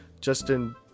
justin